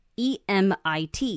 emit